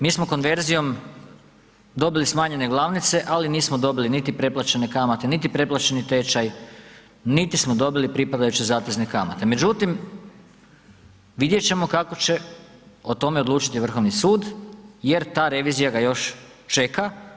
Mi smo konverzijom dobili smanjene glavnice, ali nismo dobili niti preplaćene kamate, niti preplaćeni tečaj, niti smo dobili pripadajuće zatezne kamate, međutim vidjet ćemo kako će o tome odlučiti Vrhovni sud jer ta revizija ga još čeka.